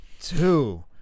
two